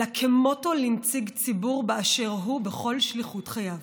אלא כמוטו לנציג ציבור באשר הוא בכל שליחות חייו.